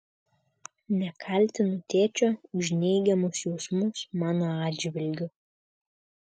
nekaltinu tėčio už neigiamus jausmus mano atžvilgiu